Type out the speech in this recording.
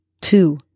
two